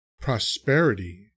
prosperity